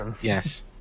Yes